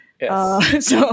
Yes